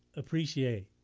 appreciate!